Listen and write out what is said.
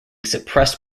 suppressed